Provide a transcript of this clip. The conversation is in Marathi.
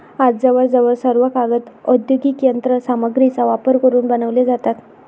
आज जवळजवळ सर्व कागद औद्योगिक यंत्र सामग्रीचा वापर करून बनवले जातात